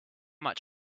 much